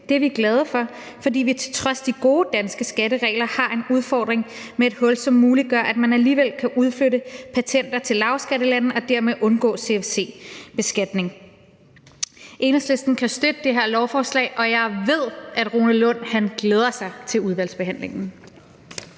Det er vi glade for, fordi vi til trods for de gode danske skatteregler har en udfordring med et hul, som muliggør, at man alligevel kan udflytte patenter til lavskattelande og dermed undgå CFC-beskatning. Enhedslisten kan støtte det her lovforslag, og jeg ved, at Rune Lund glæder sig til udvalgsbehandlingen.